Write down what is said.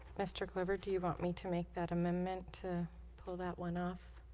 mr. glover do you want me to make that amendment to pull that one off?